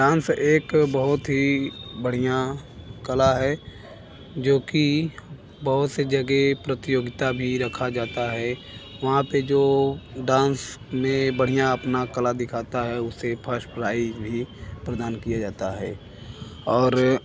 dance एक बहुत ही बढ़िया कला है जो कि बहुत सी जगह प्रतियोगिता भी रखा जाता है वहाँ पर जो डांस में बढ़िया अपना कला दिखाता है उसे फर्स्ट प्राइज भी प्रदान किया जाता है और